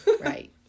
right